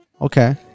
Okay